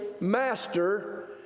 Master